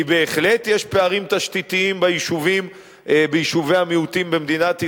כי בהחלט יש פערים תשתיתיים ביישובי המיעוטים במדינת ישראל,